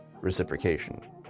reciprocation